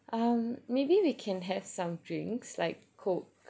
um maybe we can have some drinks like coke